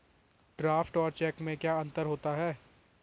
Draft और cheque में क्या अंतर है?